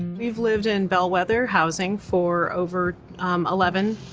we've lived in bellwether housing for over eleven,